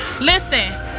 Listen